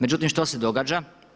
Međutim što se događa?